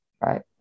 right